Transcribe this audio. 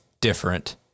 different